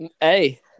Hey